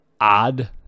odd